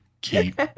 keep